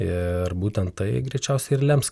ir būtent tai greičiausiai ir lems